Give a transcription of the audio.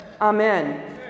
Amen